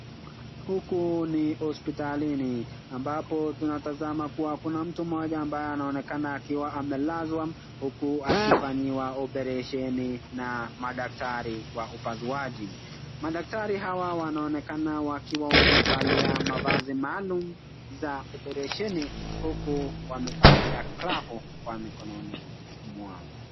Huku ni hospitalini ambapo tunatazama kuwa kuna mtu mmoja ambaye anaonekan akiwa amelazwa huku akifanyiwa oparesheni na madaktari wa upasuaji. Madaktari hawa wanaonekana wakiwa wamevalia mavazi maalum za oparesheni huku wamevalia glavu kwa mikononi mwao.